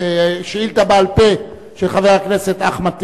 על שאילתא בעל-פה של חבר הכנסת אחמד